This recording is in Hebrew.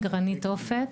גרניט אופק,